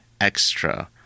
extra